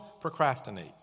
procrastinate